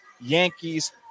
Yankees